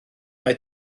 mae